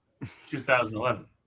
2011